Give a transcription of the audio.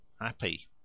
happy